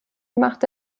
machte